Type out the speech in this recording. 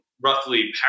roughly